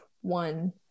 one